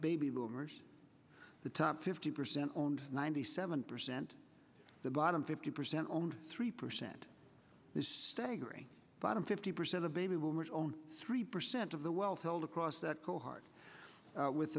baby boomers the top fifty percent owned ninety seven percent the bottom fifty percent owned three percent this staggering bottom fifty percent of baby boomers on three percent of the wealth held across that core hard with